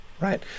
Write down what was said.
right